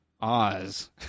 Oz